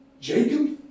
Jacob